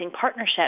partnership